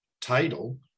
title